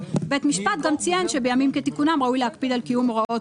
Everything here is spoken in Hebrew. בית משפט ציין שבימים כתיקונים ראוי להקפיד על קיום הוראות,